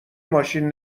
ماشین